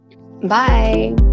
Bye